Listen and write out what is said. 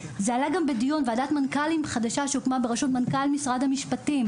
זה עלה גם בדיון ועדת מנכ"לים חדשה שהוקמה בראשות מנכ"ל משרד המשפטים,